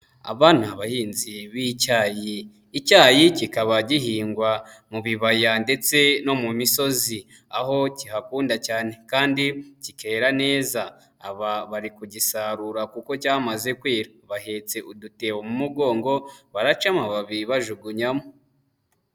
Aba ni abahinzi b'icyayi, icyayi kikaba gihingwa mu bibaya ndetse no mu misozi, aho kihakunda cyane kandi kikera neza. Aba bari kugisarura kuko cyamaze kwera, bahetse udutebo mu mugongo, baracamo amababi bajugunyamo.